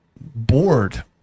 bored